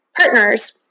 partners